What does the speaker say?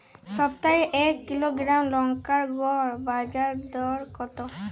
সপ্তাহে এক কিলোগ্রাম লঙ্কার গড় বাজার দর কতো?